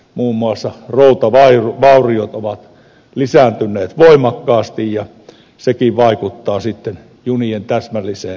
muun muassa routavauriot ovat lisääntyneet voimakkaasti ja sekin vaikuttaa sitten ju nien täsmälliseen kulkuun